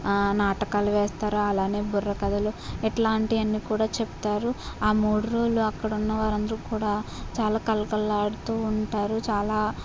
నాటకాలు వేస్తారు అలానే బుర్రకథలు ఇట్లాంటివన్నీ కూడా చెప్తారు మూడు రోజులు అక్కడ ఉన్న వాళ్ళందరూ కూడా చాలా కళకళలాడుతూ ఉంటారు చాలా